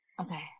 Okay